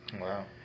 Wow